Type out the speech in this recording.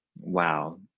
Wow